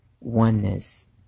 oneness